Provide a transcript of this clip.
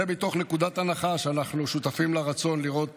זה מתוך נקודת הנחה שאנחנו שותפים לרצון לראות